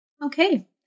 Okay